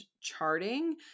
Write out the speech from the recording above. charting